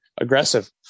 aggressive